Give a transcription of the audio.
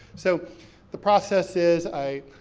so the process is, i,